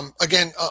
again